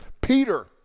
Peter